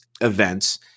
events